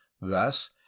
thus